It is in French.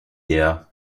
dea